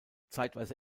zeitweise